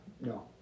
No